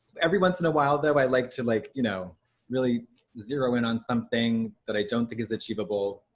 every once in a while though, i like to like you know really zero in on something that i don't think is achievable,